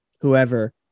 whoever